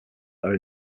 are